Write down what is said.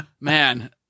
man